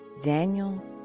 Daniel